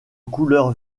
couleur